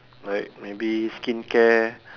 like maybe skincare